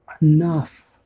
enough